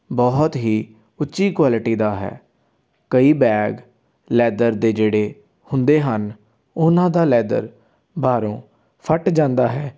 ਬਹੁਤ ਹੀ ਉੱਚੀ ਕੁਆਲਿਟੀ ਦਾ ਹੈ ਕਈ ਬੈਗ ਲੈਦਰ ਦੇ ਜਿਹੜੇ ਹੁੰਦੇ ਹਨ ਉਹਨਾਂ ਦਾ ਲੈਦਰ ਬਾਹਰੋਂ ਫਟ ਜਾਂਦਾ ਹੈ